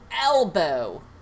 elbow